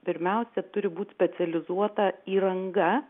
pirmiausia turi būt specializuota įranga